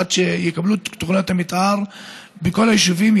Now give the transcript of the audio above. עד שיקבלו את תוכנית המתאר בכל היישובים,